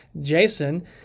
Jason